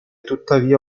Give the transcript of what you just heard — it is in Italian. tuttavia